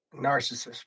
Narcissist